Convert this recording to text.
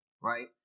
right